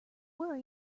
were